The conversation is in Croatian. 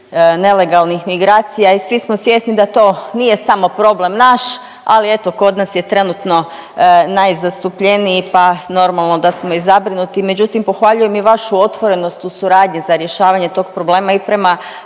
nelegalnih migracija i svi smo svjesni da to nije samo problem naš, ali eto kod nas je trenutno najzastupljeniji pa normalno da smo i zabrinuti. Međutim, pohvaljujem i vašu otvorenost u suradnji za rješavanje tog problema i prema